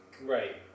Right